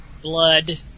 Blood